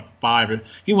five